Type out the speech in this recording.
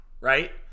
right